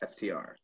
FTR